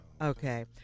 Okay